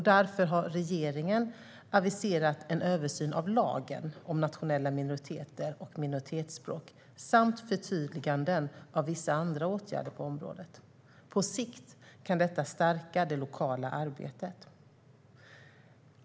Därför har regeringen aviserat en översyn av lagen om nationella minoriteter och minoritetsspråk samt förtydliganden av vissa andra åtgärder på området. På sikt kan detta stärka det lokala arbetet.